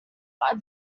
are